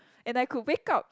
and I could wake up